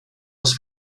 los